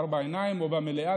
בארבע עיניים או במליאה,